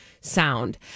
sound